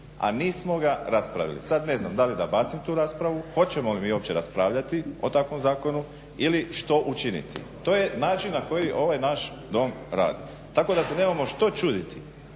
a nismo ga raspravili. Sad ne znam da li da bacim tu raspravu, hoćemo li mi uopće raspravljati o takvom zakonu ili što učiniti. To je način na koji ovaj naš Dom radi. Tako da se nemamo što čuditi